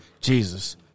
Jesus